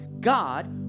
God